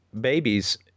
babies